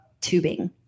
tubing